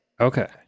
Okay